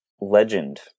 legend